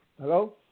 Hello